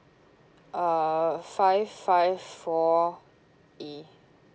uh five five four E